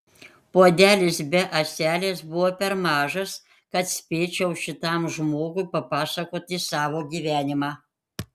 puodelis be ąselės buvo per mažas kad spėčiau šitam žmogui papasakoti savo gyvenimą